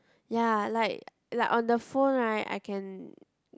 ya like like on the phone right I can